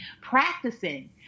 practicing